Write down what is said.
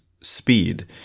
speed